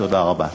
תודה רבה.